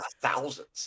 thousands